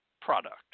product